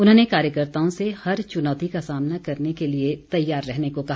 उन्होंने कार्यकर्ताओं से हर चुनौती का सामना करने के लिए तैयार रहने को कहा